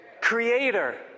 Creator